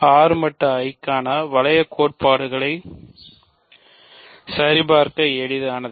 R மட்டு I க்கான வளைய கோட்பாடுகளை சரிபார்க்க எளிதானது